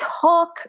talk